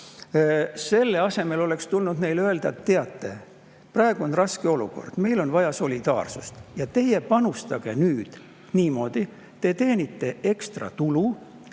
välja, oleks tulnud neile öelda: "Teate, praegu on raske olukord, meil on vaja solidaarsust ja teie panustage nüüd niimoodi, et kuna te teenite ekstratulu,